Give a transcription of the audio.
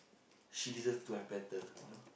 she deserve to have better you know